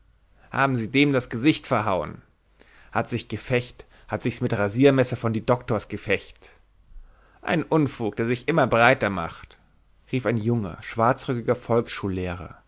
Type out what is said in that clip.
haben sie dem das gesicht verhauen hat sich gefecht hat sich mit's rasiermesser von die doktors gefecht ein unfug der sich immer breiter macht rief ein junger schwarzröckiger